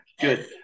Good